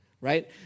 right